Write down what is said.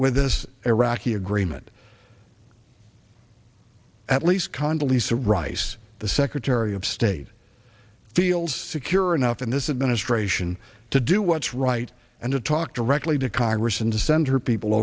with this iraqi agreement at least congolese to rice the secretary of state field secure enough in this administration to do what's right and to talk directly to congress and to send her people